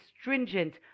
stringent